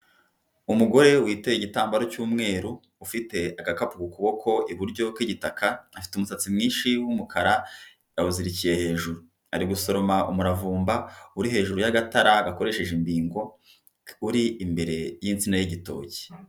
Umugore witeye igitambaro cy'umweru ufite agakapu ku kuboko iburyo k'igitaka, afite umusatsi mwinshi w'umukara yawuzirikiye hejuru, ari gusoroma umuravumba uri hejuru y'agatara gakoresheje imbingo uri imbere y'insina y'igitoki.